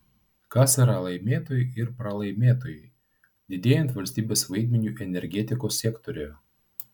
kas yra laimėtojai ir pralaimėtojai didėjant valstybės vaidmeniui energetikos sektoriuje